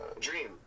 Dream